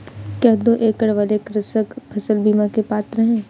क्या दो एकड़ वाले कृषक फसल बीमा के पात्र हैं?